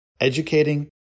educating